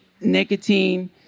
nicotine